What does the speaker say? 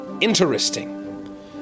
interesting